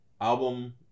album